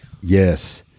yes